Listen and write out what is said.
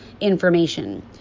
information